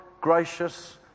gracious